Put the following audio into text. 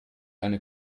eine